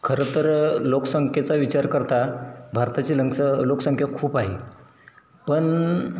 खरंतर लोकसंकेचा विचार करता भारताची लंग लोकसंख्या खूप आहे पन